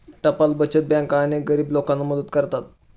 टपाल बचत बँका अनेक गरीब लोकांना मदत करतात